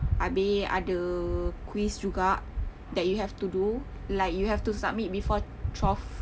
habis ada quiz juga that you have to do like you have to submit before twelve